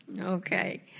Okay